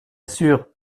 sûr